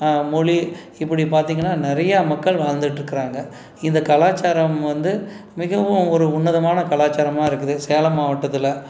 மொழி இப்படி பார்த்தீங்கன்னா நிறையா மக்கள் வாழ்ந்துகிட்ருக்கறாங்க இந்த கலாச்சாரம் வந்து மிகவும் ஒரு உன்னதமான கலாச்சாரமாக இருக்குது சேலம் மாவட்டத்தில்